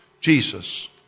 Jesus